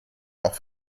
auch